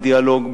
בדיאלוג,